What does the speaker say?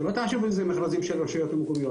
שלא תחשבו שזה במכרזים של רשויות מקומיות,